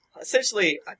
essentially